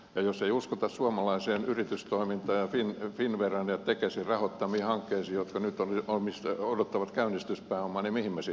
jos ei uskota suomalaiseen yritystoimintaan ja finnveran ja tekesin rahoittamiin hankkeisiin jotka nyt odottavat käynnistyspääomaa niin mihin me sitten uskomme